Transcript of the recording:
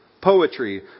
poetry